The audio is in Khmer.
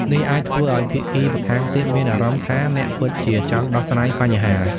នេះអាចធ្វើឱ្យភាគីម្ខាងទៀតមានអារម្មណ៍ថា អ្នកពិតជាចង់ដោះស្រាយបញ្ហា។